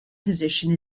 position